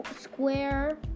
square